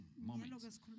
moments